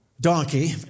donkey